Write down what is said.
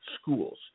schools